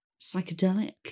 psychedelic